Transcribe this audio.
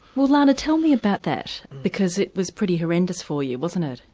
well lana, tell me about that, because it was pretty horrendous for you wasn't it?